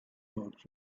folks